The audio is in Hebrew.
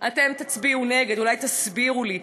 אתם תצביעו נגד, אולי תסבירו לי.